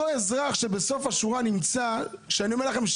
אני אומר לכם,